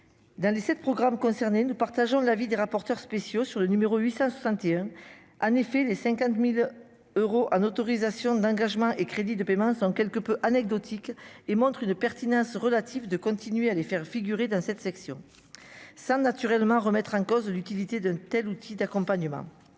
dans les 7 programmes concernés ne partageons l'avis des rapporteurs spéciaux sur le numéro 861 en effet, les 50000 euros en autorisations d'engagement et crédits de paiement sans quelque peu anecdotique et montre une pertinence relatif de continuer à les faire figurer dans cette section ça naturellement, remettre en cause l'utilité d'un tel, outil d'accompagnement